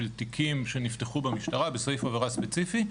של תיקים שנפתחו במשטרה בסעיף עבירה ספציפי.